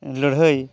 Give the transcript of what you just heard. ᱞᱟᱹᱲᱦᱟᱹᱭ